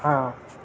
हां